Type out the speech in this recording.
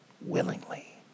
willingly